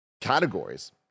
categories